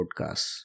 podcasts